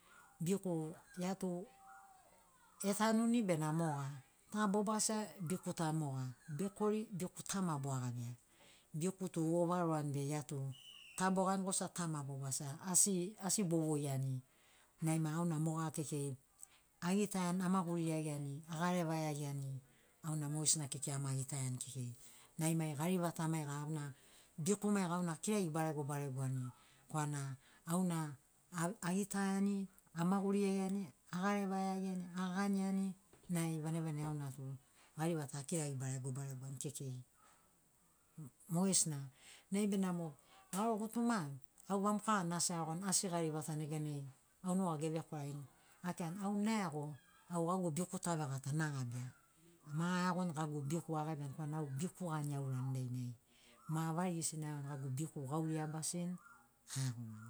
Biku ia tu etanuni benamo moga ma bobasia biku ta moga bekori biku ta ma boagabia biku tu ovaroani be iatu ta bogani gosia ta ma bobasiani asi asi bovoiani nai ma auna moga kekei agitaiani amagurigi iagiani agareva iagiani auna mogesina kekei amagitaiani kekei nai mai garivata maiga auna biku maiga auna akirari baregobaregoani korana auna agitaiani amagurigiaiani agarevaiagiani aganiani nai vanagivanagi auna tu garivata akirari baregobaregoani kekei mogesina nai benamo garo gutuma au vamoka gana asi aeagoni asi garivata neganai au nugagu evekwaragini akirani au naeago au vau biku ta vegata nagabia ma aeagoni gagu biku agabiani korana au biku gani aurani dainai ma avarigisini aeagoni gagu biku gauri abasini aeagomani.